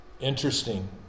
Interesting